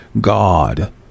God